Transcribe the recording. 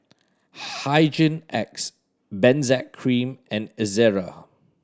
Hygin X Benzac Cream and Ezerra